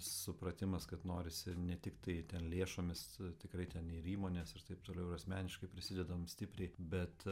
supratimas kad norisi ne tiktai ten lėšomis tikrai ten ir įmonės ir taip toliau ir asmeniškai prisidedam stipriai bet